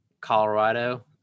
Colorado